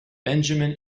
benjamin